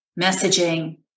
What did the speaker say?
messaging